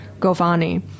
Govani